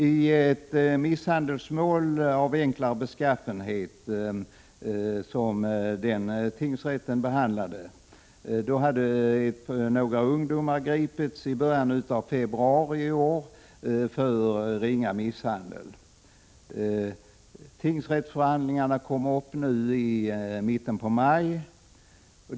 I ett misshandelsmål av enklare beskaffenhet som denna tingsrätt behandlade greps några ungdomar i början av februari i år för ringa misshandel. Tingsrättsförhandlingarna kom upp nu i mitten på maj.